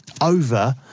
over